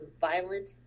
violent